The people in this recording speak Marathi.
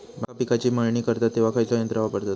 मका पिकाची मळणी करतत तेव्हा खैयचो यंत्र वापरतत?